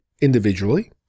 individually